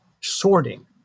sorting